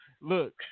Look